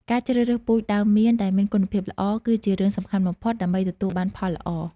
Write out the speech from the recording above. ការជ្រើសរើសពូជដើមមៀនដែលមានគុណភាពល្អ គឺជារឿងសំខាន់បំផុតដើម្បីទទួលបានផលល្អ។